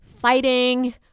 Fighting